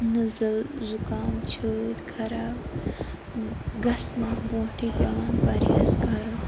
نٔزٕل زُکام چھٲتۍ خراب گژھنہٕ برٛونٛٹھٕے پٮ۪وان پَرہیز کَرُن